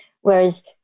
whereas